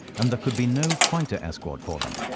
and there could be no fighter escort for them.